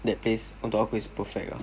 that place untuk aku is perfect ah